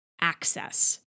access